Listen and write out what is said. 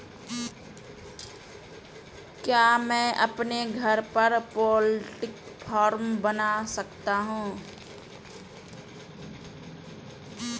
क्या मैं अपने घर पर पोल्ट्री फार्म बना सकता हूँ?